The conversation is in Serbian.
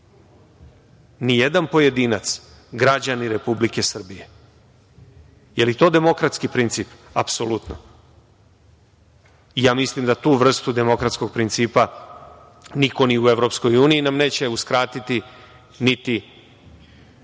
Nijedan pojedinac. Građanin Republike Srbije. Da li je to demokratski princip? Apsolutno. Mislim da tu vrstu demokratskog principa niko ni u EU neće uskratiti, niti